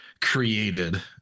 created